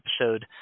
episode